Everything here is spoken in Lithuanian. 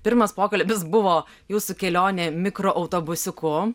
pirmas pokalbis buvo jūsų kelionė mikroautobusiuku